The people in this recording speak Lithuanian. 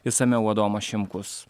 išsamiau adomas šimkus